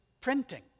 printing